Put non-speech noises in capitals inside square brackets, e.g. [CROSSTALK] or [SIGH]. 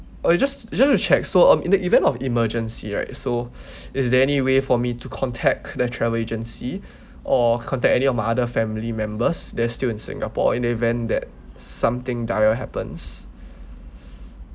uh just just to check so um in the event of emergency right so [NOISE] is there any way for me to contact the travel agency or contact any of my other family members they're still in singapore in the event that something dire happens